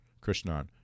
Krishnan